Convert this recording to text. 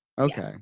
okay